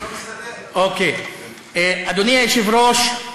אדוני היושב-ראש,